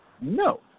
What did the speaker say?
No